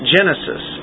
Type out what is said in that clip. Genesis